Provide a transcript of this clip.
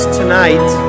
tonight